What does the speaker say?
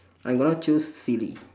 I'm gonna choose silly